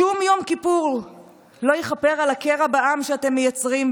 שום יום כיפור לא יכפר על הקרע בעם שאתם מייצרים,